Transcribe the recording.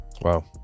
wow